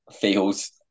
feels